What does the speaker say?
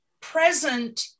present